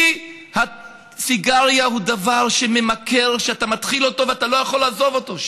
כי הסיגריה היא דבר ממכר שאתה מתחיל אותו ולא יכול לעזוב אותו,